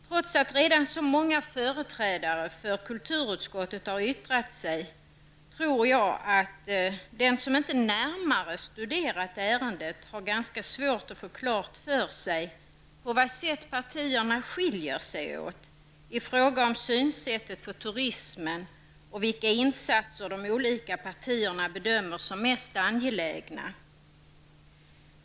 Trots att redan så många företrädare för kulturutskottet har yttrat sig, tror jag att den som inte närmare har studerat ärendet har ganska svårt att få klart för sig på vad sätt partierna skiljer sig åt i fråga om synsättet på turismen och vilka insatser de olika partierna bedömer som mest angelägna.